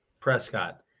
Prescott